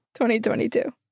2022